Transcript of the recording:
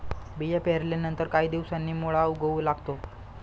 बिया पेरल्यानंतर काही दिवसांनी मुळा उगवू लागतो